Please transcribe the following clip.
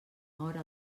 hora